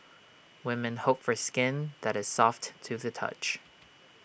women hope for skin that is soft to the touch